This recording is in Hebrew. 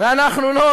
לא.